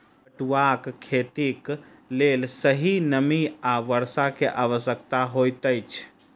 पटुआक खेतीक लेल सही नमी आ वर्षा के आवश्यकता होइत अछि